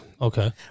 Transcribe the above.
Okay